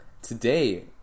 Today